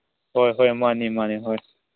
ꯍꯣꯏ ꯍꯣꯏ ꯃꯥꯟꯅꯤ ꯃꯥꯟꯅꯤ ꯍꯣꯏ